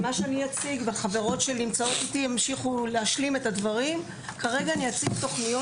מה שאציג והחברות שנמצאות איתי ימשיכו וישלימו את הדברים אלה תוכניות